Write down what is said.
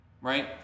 right